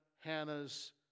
Hannah's